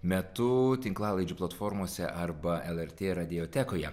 metu tinklalaidžių platformose arba lrt radiotekoje